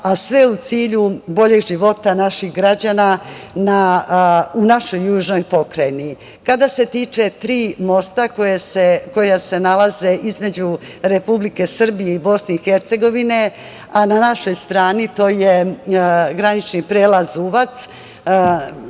a sve u cilju boljeg života naših građana u našoj južnoj pokrajini. Kada se tiče tri mosta koji se nalaze između Republike Srbije i Bosne i Hercegovine, a na našoj strani to je granični prelaz Uvac,